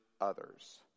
others